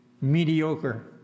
mediocre